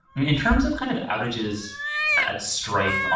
in terms of kind of outages at stripe, um